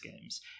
games